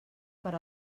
per